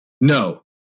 No